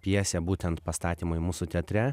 pjesę būtent pastatymui mūsų teatre